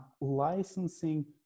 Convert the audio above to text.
licensing